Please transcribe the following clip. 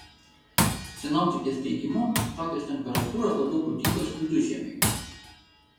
sinoptikės teigimu tokios temperatūros labiau būdingos vidužiemiui